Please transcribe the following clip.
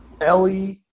Ellie